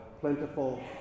plentiful